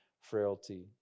frailty